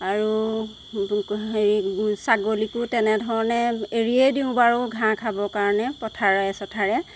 আৰু ছাগলীকো তেনেধৰণে এৰিয়েই দিওঁ বাৰু ঘাঁ খাবৰ কাৰণে পথাৰে চথাৰে